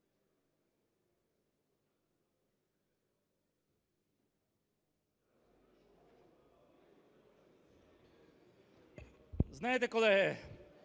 Знаєте, колеги,